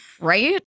Right